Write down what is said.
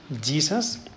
Jesus